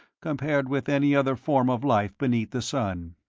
compared with any other form of life beneath the sun.